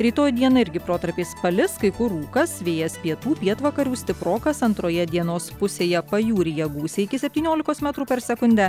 rytoj dieną irgi protarpiais palis kai kur rūkas vėjas pietų pietvakarių stiprokas antroje dienos pusėje pajūryje gūsiai iki septyniolikos metrų per sekundę